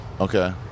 Okay